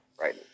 right